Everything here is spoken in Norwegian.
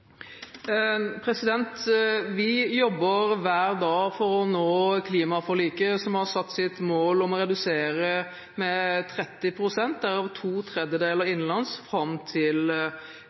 Vi jobber hver dag for å nå klimaforliket, som har satt som sitt mål å redusere med 30 pst., derav to tredjedeler innenlands, fram til